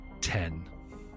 ten